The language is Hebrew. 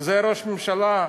זה ראש ממשלה?